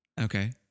Okay